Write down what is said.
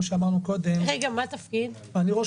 אני מסתכל